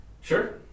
Sure